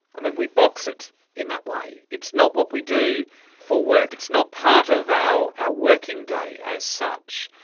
i mean, we box it in that way. it's not what we do for work, it's not part of our our working day as such.